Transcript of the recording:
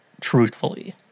truthfully